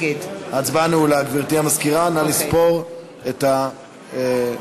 גברתי המזכירה, נא לספור את הקולות.